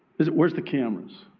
is it? where's the cameras?